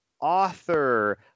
author